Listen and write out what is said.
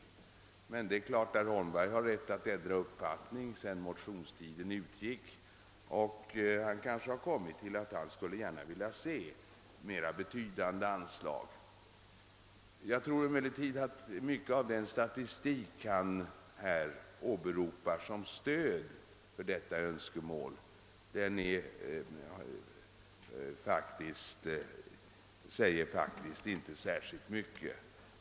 Självfallet har herr Holmberg dock rätt att ändra uppfattning efter det att motionstiden utgått, och han har kanske sedan dess kommit fram till att han gärna skulle se mera betydande anslag på detta område. Den statistik som herr Holmberg åberopar som stöd för detta önskemål säger emellertid faktiskt inte mycket.